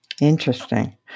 Interesting